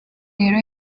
rero